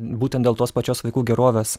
būtent dėl tos pačios vaikų gerovės